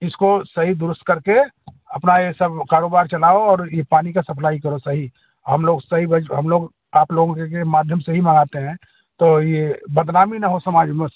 इसको सही दुरुस्त कर के अपना ये सब कारोबार चलाओ और ये पानी का सप्लाई करो सही हम लोग सही बज हम लोग आप लोगों के के माध्यम से ही माँगते हैं तो यह बदनामी ना हो समाज में